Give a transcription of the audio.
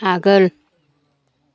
आगोल